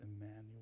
Emmanuel